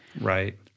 Right